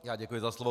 Já děkuji za slovo.